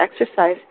exercise